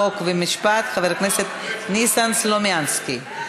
חוק ומשפט חבר הכנסת ניסן סלומינסקי.